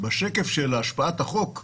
בשקף של השפעת החוק,